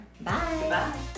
Bye